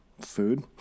food